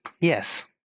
yes